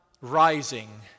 rising